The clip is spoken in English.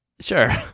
Sure